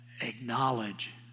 acknowledge